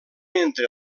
entre